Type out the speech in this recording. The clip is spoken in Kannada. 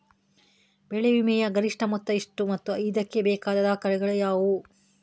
ಬೆಳೆ ವಿಮೆಯ ಗರಿಷ್ಠ ಮೊತ್ತ ಎಷ್ಟು ಮತ್ತು ಇದಕ್ಕೆ ಬೇಕಾದ ದಾಖಲೆಗಳು ಯಾವುವು?